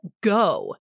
go